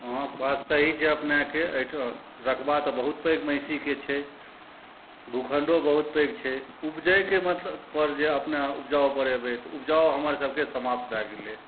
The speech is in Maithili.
हॅं बात सही छै अपनेके एहिठाम रकबा तए बहुत पैघ महिसीके छै भूखण्डो बहुत पैघ छै उपजैके मतलब पर जे अपने उपजाउ पर जे ऐबय तए उपजाउ हमर सबके समाप्त भए गेलै